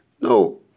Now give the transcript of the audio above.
no